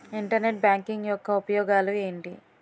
Internet banking యెక్క ఉపయోగాలు ఎంటి?